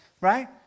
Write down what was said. right